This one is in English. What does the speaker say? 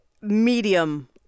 Medium